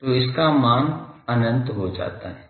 तो इसका मान अनंत हो जाता है